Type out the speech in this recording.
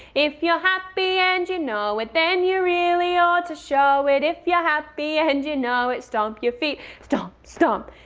if you're happy and you know it then you really ought to show it. if you're happy and you know it stomp your feet stomp, stomp.